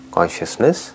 Consciousness